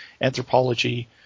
anthropology